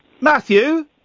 Matthew